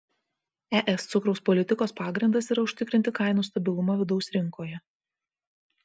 es cukraus politikos pagrindas yra užtikrinti kainų stabilumą vidaus rinkoje